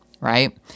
right